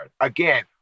Again